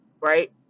Right